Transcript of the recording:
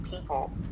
people